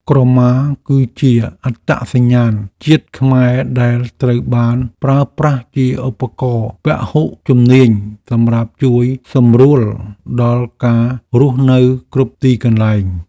ក្រមាគឺជាអត្តសញ្ញាណជាតិខ្មែរដែលត្រូវបានប្រើប្រាស់ជាឧបករណ៍ពហុជំនាញសម្រាប់ជួយសម្រួលដល់ការរស់នៅគ្រប់ទីកន្លែង។